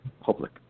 public